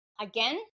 Again